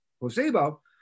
placebo